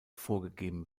vorgegeben